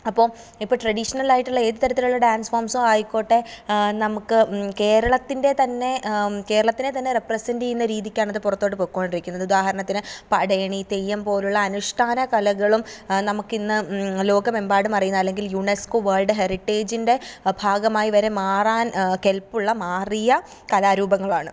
അപ്പോൾ ഇപ്പോൾ ട്രഡീഷണൽ ആയിട്ടുള്ള ഏത് തരത്തിലുള്ള ഡാൻസ് ഫോംസോ ആയിക്കോട്ടെ നമുക്ക് കേരളത്തിൻ്റെ തന്നെ കേരളത്തിനെ തന്നെ റെപ്രസെൻറ്റ് ചെയ്യുന്ന രീതിക്കാണ് അത് പുറത്തോട്ട് പോയിക്കൊണ്ടിരിക്കുന്നത് ഉദാഹരണത്തിന് പടയണി തെയ്യം പോലുള്ള അനുഷ്ഠാനകലകളും നമുക്ക് ഇന്ന് ലോകമെമ്പാടും അറിയുന്ന അല്ലെങ്കിൽ യുനെസ്കോ വേൾഡ് ഹെറിറ്റേജിൻ്റെ ഭാഗമായി വരെ മാറാൻ കെൽപ്പുള്ള മാറിയ കലാരൂപങ്ങളാണ്